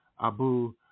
Abu